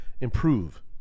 improve